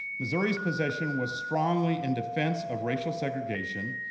missouri's position was strongly in defense of racial segregation,